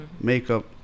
makeup